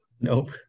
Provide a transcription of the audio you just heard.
Nope